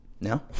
No